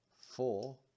four